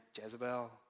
Jezebel